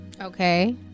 Okay